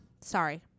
sorry